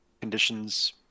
conditions